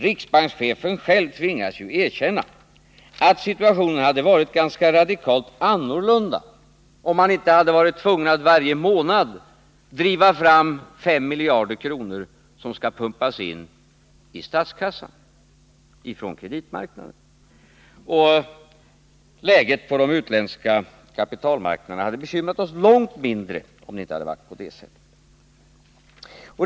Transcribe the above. Riksbankschefen själv tvingas ju erkänna att situationen hade varit ganska radikalt annorlunda, om man inte hade varit tvungen att varje månad driva fram 5 miljarder kronor, som skall pumpas in i statskassan från kreditmarknaden. Och läget på de utländska kapitalmarknaderna hade bekymrat oss långt mindre, om det inte hade varit på det sättet.